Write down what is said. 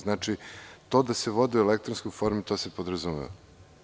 Znači, to da se vodi u elektronskoj formi, to se podrazumeva.